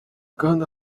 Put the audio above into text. kanda